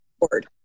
board